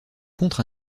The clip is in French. contre